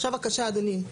עכשיו, בבקשה, אדוני.